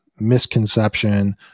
misconception